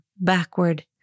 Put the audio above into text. backward